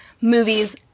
movies